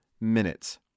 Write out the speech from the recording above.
minutes